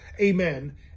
Amen